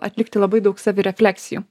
atlikti labai daug savirefleksijų